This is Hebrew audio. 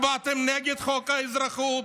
הצבעתם נגד חוק האזרחות.